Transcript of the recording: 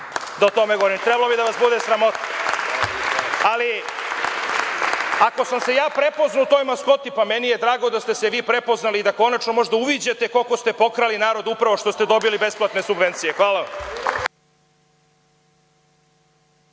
o tome govorim. Trebalo bi da vas bude sramota. Ako sam se ja prepoznao u toj maskoti, pa meni je drago da ste se vi prepoznali i da konačno možda uviđate koliko ste pokrali narod upravo što ste dobili besplatne subvencije. Hvala vam.